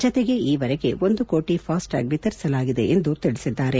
ಜತೆಗೆ ಈವರೆಗೆ ಒಂದು ಕೋಟಿ ಫಾಸ್ಸ್ ಟ್ಯಾಗ್ ವಿತರಿಸಲಾಗಿದೆ ಎಂದು ತಿಳಿಸಿದ್ದಾರೆ